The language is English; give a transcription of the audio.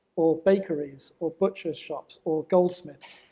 or bakeries, or butcher shops, or goldsmiths.